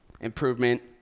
improvement